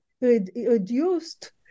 reduced